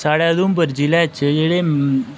साढ़े उधमपुर जिल़ा च जेह्ड़े